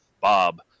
Bob